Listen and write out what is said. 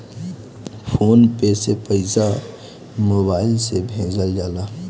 phone पे से पईसा mobile से भेजल जाला